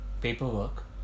paperwork